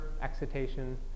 excitation